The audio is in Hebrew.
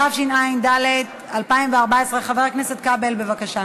התשע"ד 2014. חבר הכנסת כבל, בבקשה.